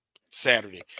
Saturday